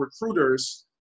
recruiters